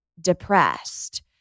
depressed